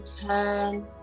turn